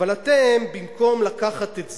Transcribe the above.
אבל אתם, במקום לקחת את זה,